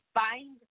find